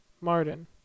Martin